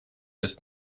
ist